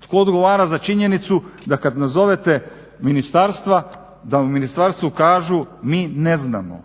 Tko odgovara za činjenicu da kad nazovete ministarstva da vam u ministarstvu kažu mi ne znamo.